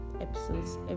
episodes